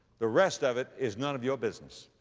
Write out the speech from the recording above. the rest of it is none of your business.